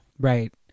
Right